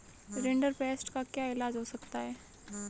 rinderpest का क्या इलाज हो सकता है